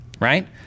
right